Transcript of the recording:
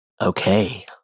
Okay